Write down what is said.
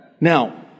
Now